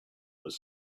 was